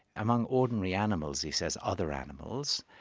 among ordinary animals, he says, other animals,